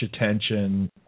attention